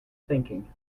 thinking